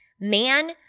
Man